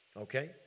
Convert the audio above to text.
Okay